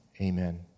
Amen